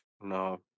No